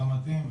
גם אתם,